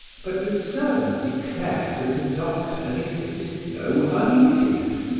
but the servant declared that the doctor had exhibited no uneasiness,